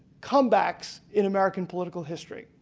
comebacks in american political history.